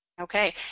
Okay